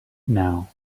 now